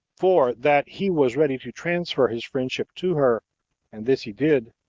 for that he was ready to transfer his friendship to her and this he did,